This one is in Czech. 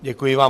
Děkuji vám.